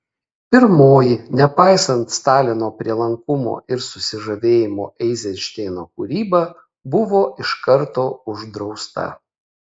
pirmoji nepaisant stalino prielankumo ir susižavėjimo eizenšteino kūryba buvo iš karto uždrausta